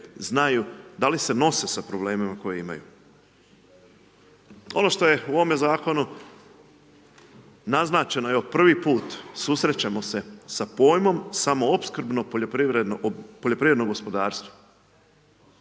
znaju, da li se nose sa problemima koje imaju. Ono što je u ovome zakonu naznačeno evo prvi put susrećemo se sa pojmom samoopskrbno poljoprivredno gospodarstvo